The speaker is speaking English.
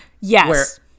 Yes